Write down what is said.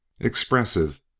expressive